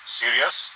serious